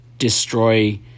destroy